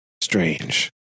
strange